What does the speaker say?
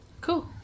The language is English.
Cool